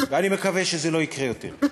ואני מקווה שזה לא יקרה יותר.